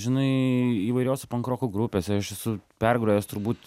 žinai įvairiose pankroko grupėse aš esu pergrojęs turbūt